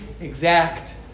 exact